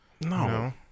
No